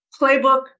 playbook